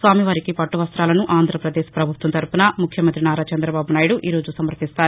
స్వామివారికి పట్టు వస్తాలను ఆంధ్రపదేశ్ ప్రభుత్వం తరపున ముఖ్యమంతి నారా చందబాబు నాయుడు ఈరోజు సమర్పిస్తారు